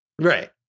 Right